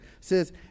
says